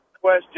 question